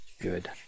good